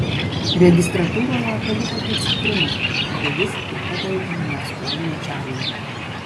registratūroje palikote citriną tarė jis ir padavė ją storuliui čarliui